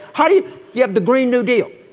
how do you you have the green new deal.